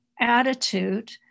attitude